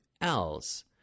else